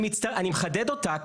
אני מצטרף, אני מחדד אותה.